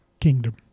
kingdom